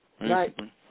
Right